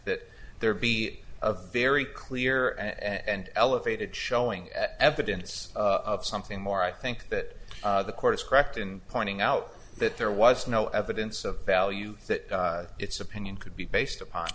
that there be a very clear and elevated showing evidence of something more i think that the court is correct in pointing out that there was no evidence of value that its opinion could be based upon